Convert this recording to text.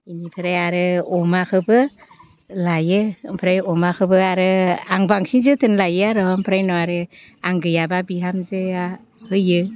बेनिफ्राय आरो अमाखौबो लायो ओमफ्राय अमाखौबो आरो आं बांसिन जोथोन लायो आरो ओमफ्राय आरो उनाव आं गैयाबा बिहामजोआ होयो